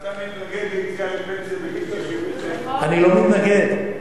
ואתה מתנגד ליציאה לפנסיה בגיל 67. אני לא מתנגד.